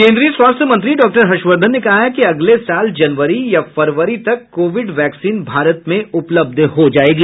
केन्द्रीय स्वास्थ्य मंत्री डा हर्षवर्धन ने कहा है कि अगले साल जनवरी या फरवरी तक कोविड वैक्सीन भारत में उपलब्ध हो जाएगी